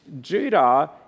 Judah